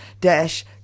Dash